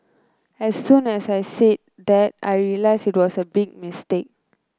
as soon as I said that I realised it was a big mistake